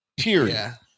Period